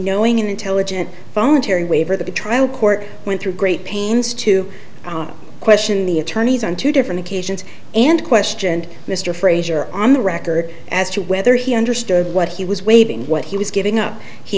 knowing and intelligent fonterra waiver the trial court went through great pains to question the attorneys on two different occasions and questioned mr frazier on the record as to whether he understood what he was waiving what he was giving up he